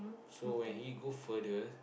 so when he go further